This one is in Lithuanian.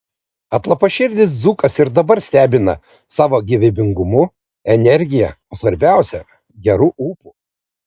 atlapaširdis dzūkas ir dabar stebina savo gyvybingumu energija o svarbiausia geru ūpu